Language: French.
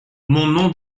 nom